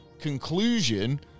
conclusion